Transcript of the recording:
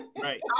right